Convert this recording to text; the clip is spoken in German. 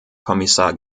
kommissar